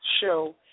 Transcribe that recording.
show